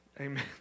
Amen